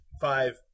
five